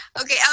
Okay